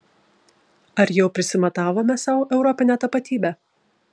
ar jau prisimatavome sau europinę tapatybę